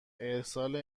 ارسال